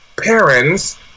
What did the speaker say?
parents